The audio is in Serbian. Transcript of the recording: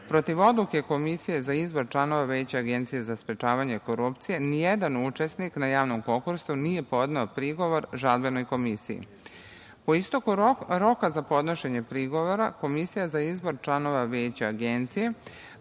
Protiv odluke Komisije za izbor članova Veća Agencije za sprečavanje korupcije nijedan učesnik na javnom konkursu nije podneo prigovor Žalbenoj komisiji. Po isteku roka za podnošenje prigovora Komisija za izbor članova Veća Agencije